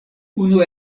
unu